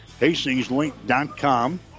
hastingslink.com